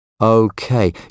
Okay